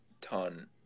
ton